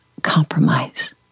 compromise